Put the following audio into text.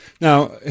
Now